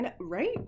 Right